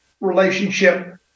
relationship